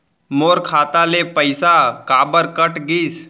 मोर खाता ले पइसा काबर कट गिस?